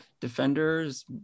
Defenders